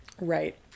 right